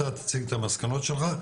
אתה תציג את המסקנות שלך,